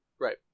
Right